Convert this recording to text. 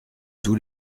tous